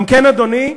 גם כן, אדוני,